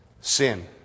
Sin